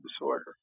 disorder